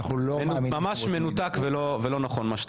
מה שאתה אומר, ממש מנותק ולא נכון.